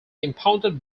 impounded